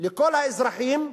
לכל האזרחים,